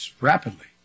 rapidly